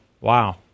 Wow